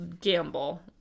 gamble